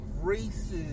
races